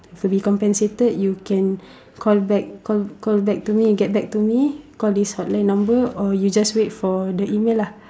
to be compensated you can call back call call back to me get back to me call this hotline number or you just wait for the email lah